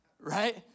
right